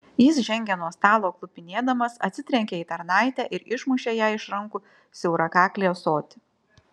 jis žengė nuo stalo klupinėdamas atsitrenkė į tarnaitę ir išmušė jai iš rankų siaurakaklį ąsotį